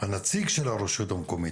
והנציג של הרשות המקומית,